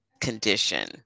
condition